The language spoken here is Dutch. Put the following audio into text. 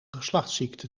geslachtsziekte